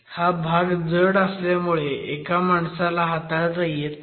हा भाग जड असल्यामुळे एका माणसाला हाताळता येत नाही